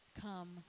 come